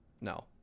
no